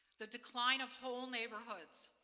the decline of whole neighborhoods,